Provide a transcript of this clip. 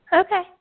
Okay